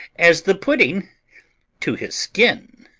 as the pudding to his skin.